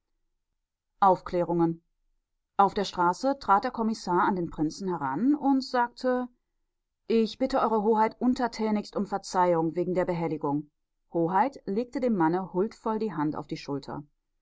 aufklärungen auf der straße trat der kommissar an den prinzen heran und sagte ich bitte ew hoheit untertänigst um verzeihung wegen der behelligung hoheit legte dem manne huldvoll die hand auf die schulter